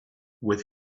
with